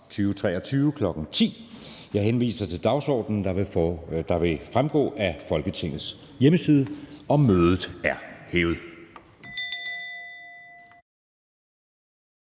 2023, kl. 10.00. Jeg henviser til dagsordenen, der vil fremgå af Folketingets hjemmeside. Mødet er hævet.